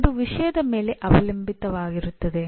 ಇದು ವಿಷಯದ ಮೇಲೆ ಅವಲಂಬಿತವಾಗಿರುತ್ತದೆ